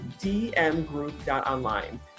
dmgroup.online